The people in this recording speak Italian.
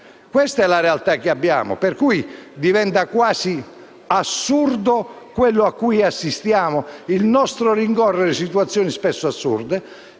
Questa è la realtà che abbiamo, e diventa quasi assurdo ciò a cui assistiamo: il nostro rincorrere situazioni spesso assurde;